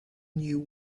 new